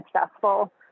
successful